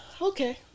okay